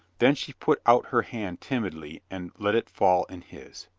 then she put out her hand timidly and let it fall in his.